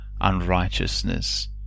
unrighteousness